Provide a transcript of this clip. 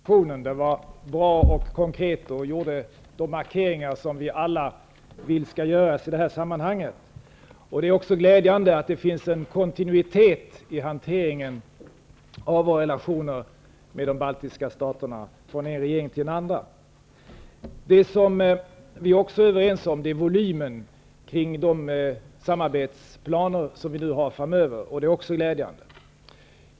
Herr talman! Vi tackar statsministern för informationen. Den var bra och konkret, och där gjordes de markeringar som vi alla vill skall göras i detta sammanhang. Det är också glädjande att det finns en kontinuitet i hanteringen av våra relationer med de baltiska staterna. Det som vi också är överens om är volymen på de samarbetsplaner som vi har framöver, och även det är glädjande.